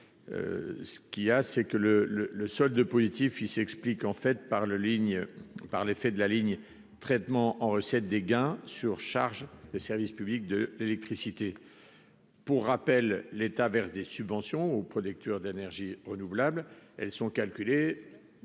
positif, il s'explique en fait par le ligne par l'effet de la ligne traitement en recettes des gains sur charges de service public de l'électricité pour rappel, l'État verse des subventions aux producteurs d'énergies renouvelables, elles sont calculées